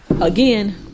again